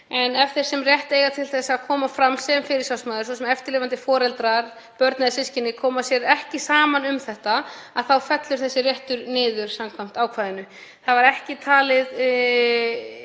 En ef þeir sem rétt eiga til að koma fram sem fyrirsvarsmaður, svo sem eftirlifandi foreldrar, börn eða systkini, koma sér ekki saman um það þá fellur rétturinn niður samkvæmt ákvæðinu. Ekki var talinn